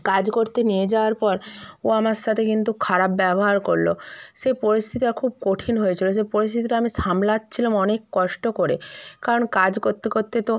কাজ করতে নিয়ে যাওয়ার পর ও আমার সাথে কিন্তু খারাপ ব্যবহার করলো সে পরিস্থিতিটা খুব কঠিন হয়েছিলো যে পরিস্থিতিটা আমি সামলাচ্ছিলামও অনেক কষ্ট করে কারণ কাজ করতে করতে তো